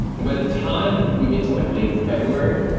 and by the time we get to like late february,